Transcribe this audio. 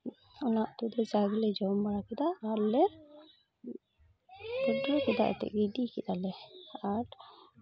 ᱚᱱᱟ ᱩᱛᱩ ᱫᱚ ᱡᱟ ᱜᱮᱞᱮ ᱡᱚᱢ ᱵᱟᱲᱟ ᱠᱮᱫᱟ ᱟᱨᱞᱮ ᱜᱤᱰᱤ ᱠᱮᱫᱟᱞᱮ ᱟᱨ